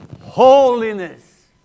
holiness